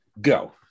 go